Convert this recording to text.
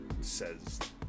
says